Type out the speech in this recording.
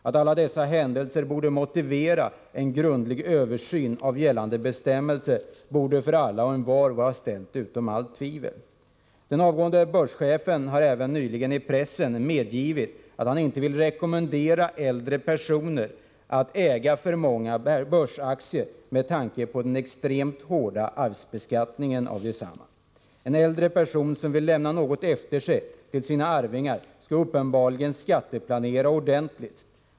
Att alla dessa händelser borde motivera en grundlig översyn av gällande bestämmelser borde för alla och envar vara ställt utom allt tvivel. Den avgående börschefen har i pressen nyligen medgivit att han inte vill rekommendera äldre personer att äga för många börsaktier med tanke på den extremt hårda arvsbeskattningen av dessa. En äldre person som vill lämna något efter sig till sina arvingar skall uppenbarligen skatteplanera ordentligt.